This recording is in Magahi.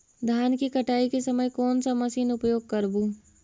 धान की कटाई के समय कोन सा मशीन उपयोग करबू?